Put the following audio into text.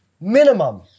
minimum